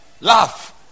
laugh